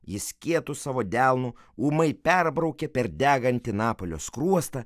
jis kietu savo delnu ūmai perbraukė per degantį napalio skruostą